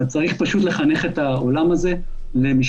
צריך פשוט לחנך את העולם הזה למשפחתיות,